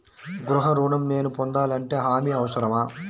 గృహ ఋణం నేను పొందాలంటే హామీ అవసరమా?